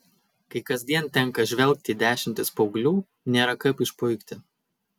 kai kasdien tenka žvelgti į dešimtis paauglių nėra kaip išpuikti